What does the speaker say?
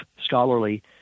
scholarly